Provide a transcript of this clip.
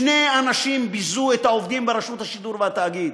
שני אנשים ביזו את העובדים ברשות השידור ובתאגיד: